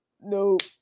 Nope